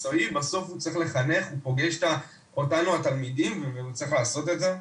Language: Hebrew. יש אותנו התלמידים, וצריך לעשות את זה.